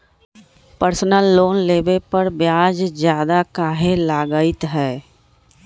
Personal loan लेबे पर ब्याज ज्यादा काहे लागईत है?